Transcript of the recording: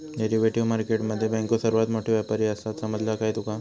Derivative market मध्ये बँको सर्वात मोठे व्यापारी आसात, समजला काय तुका?